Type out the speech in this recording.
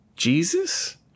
Jesus